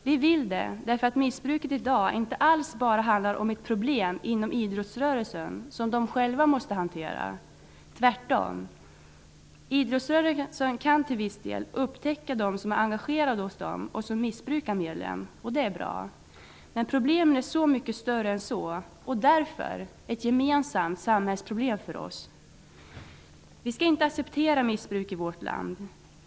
Vi vill det därför att missbruket i dag inte alls bara handlar om ett problem inom idrottsrörelsen, som den själv måste hantera. Tvärtom, idrottsrörelsen kan till viss del upptäcka dem som är engagerade hos den och som missbrukar medlen, och det är bra. Men problemet är så mycket större än så och är därför ett gemensamt samhällsproblem för oss. Vi skall inte acceptera missbruk i vårt land.